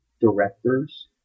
directors